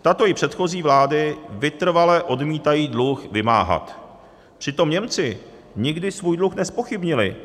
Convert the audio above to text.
Tato i předchozí vlády vytrvale odmítají dluh vymáhat, přitom Němci nikdy svůj dluh nezpochybnili.